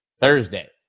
Thursday